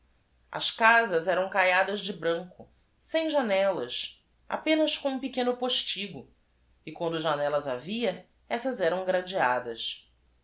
s casas eram caiadas de branco sem janellas apenas com u m pequeno postigó e quando janellas havia essas eram gradeadas